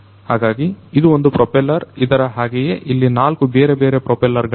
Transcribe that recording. ಹಾಗಾಗಿ ಇದು ಒಂದು ಪ್ರೋಪೆಲ್ಲರ್ ಇದರ ಹಾಗೆಯೇ ಇಲ್ಲಿ ನಾಲ್ಕು ಬೇರೆ ಬೇರೆ ಪ್ರೊಪೆಲ್ಲರ್ ಗಳಿವೆ